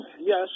yes